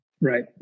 Right